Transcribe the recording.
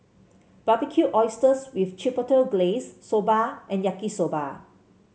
Barbecued Oysters with Chipotle Glaze Soba and Yaki Soba